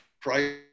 price